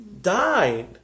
died